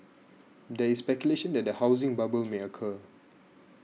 there is speculation that a housing bubble may occur